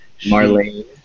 Marlene